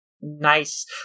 nice